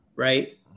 Right